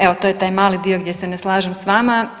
Evo to je taj mali dio gdje se ne slažem sa vama.